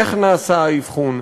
איך נעשה האבחון,